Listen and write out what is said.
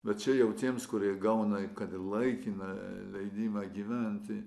bet čia jau tiems kurie gauna kad ir laikiną leidimą gyventi